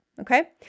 okay